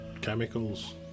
chemicals